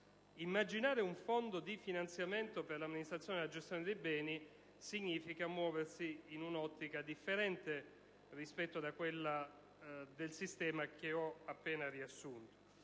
Immaginare un fondo di finanziamento per la amministrazione e gestione dei beni significa muoversi in un'ottica differente rispetto a quella del sistema che ho appena riassunto.